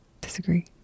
Disagree